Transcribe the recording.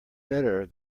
better